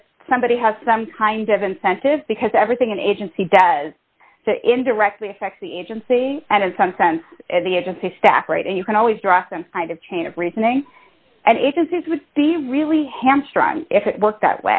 that somebody has some kind of incentive because everything an agency does indirectly affect the agency and in some sense the agency staff right and you can always draw some kind of chain of reasoning and agencies would be really hamstrung if it worked that